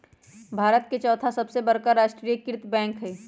भारत के चौथा सबसे बड़का राष्ट्रीय कृत बैंक हइ